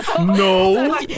No